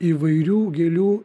įvairių gėlių